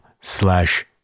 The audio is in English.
slash